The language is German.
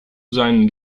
seinen